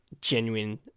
genuine